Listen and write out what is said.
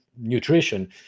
nutrition